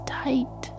tight